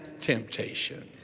temptation